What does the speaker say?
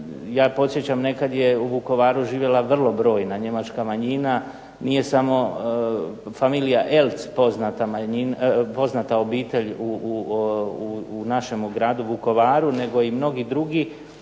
Ja podsjećam nekad je u Vukovaru živjela vrlo brojna njemačka manjina. Nije samo familija Eltz poznata obitelj u našemu gradu Vukovaru, nego i mnogi drugi.